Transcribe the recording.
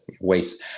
ways